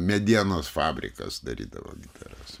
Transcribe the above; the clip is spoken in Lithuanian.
medienos fabrikas darydavo gitaras